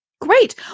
Great